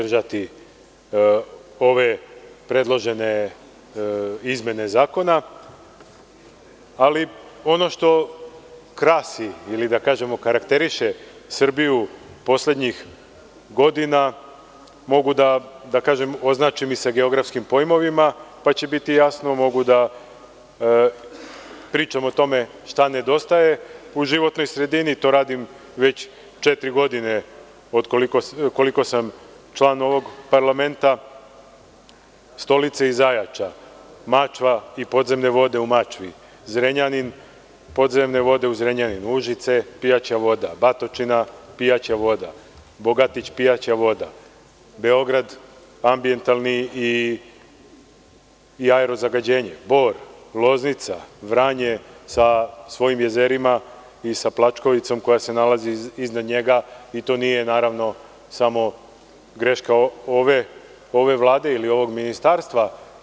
U načelnoj raspravi poslanička grupa SDS, ZZS, ZS, kako stoji situacija, neće podržati ove predložene izmene zakona, ali ono što krasi ili da kažemo karakteriše Srbiju poslednjih godina mogu da označim i sa geografskim pojmovima, pa će biti jasno, mogu da pričam o tome šta nedostaje u životnoj sredini, to radim već četiri godini, koliko sam član ovog parlamenta – Stolice i Zajača, Mačva i podzemne vode u Mačvi, Zrenjanin i podzemne vode u Zrenjaninu, Užice – pijaća voda, Batočina – pijaća voda, Bogatić – pijaća voda, Beograd – ambijentalni i aero zagađenje, Bor, Loznica, Vranje sa svojim jezerima i sa Plačkovicom koja se nalazi iznad njega, to nije naravno samo greška ove Vlade i ovog Ministarstva.